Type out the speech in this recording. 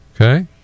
Okay